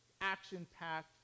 action-packed